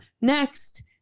next